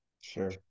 Sure